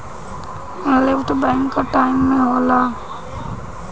NEFT bank कअ time में होला